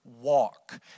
walk